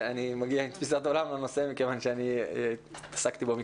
אני מגיע עם תפיסת עולם לנושא מכיוון שהתעסקתי בו מקרוב.